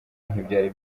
ntibyari